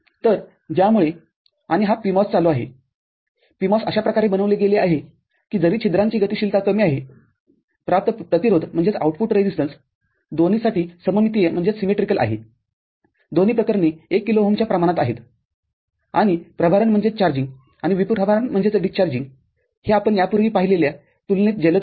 तर ज्यामुळे आणि हा PMOS चालू आहे PMOS अशा प्रकारे बनविले गेले आहे की जरी छिद्रांची गतिशीलता कमी आहे प्राप्त प्रतिरोध दोन्हीसाठी सममितीय आहेदोन्ही प्रकरणे १ किलो ओहमच्या प्रमाणात आहेत आणि प्रभारण आणि विप्रभारन हे आपण यापूर्वी पाहिलेल्या तुलनेत जलद आहे